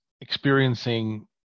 experiencing